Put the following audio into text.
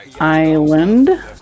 island